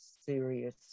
serious